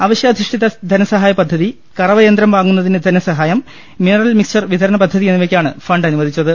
അവിശ്യാധിഷ്ഠിത ധനസഹായപ ദ്ധതി കറവയന്ത്രം വാങ്ങുന്നതിന് ധനസഹായം മിനറൽ മിക്സ്ച്ചർ വിതരണ പദ്ധ തി എന്നിവയ്ക്കാണ് ഫണ്ട് അനുവദിച്ചത്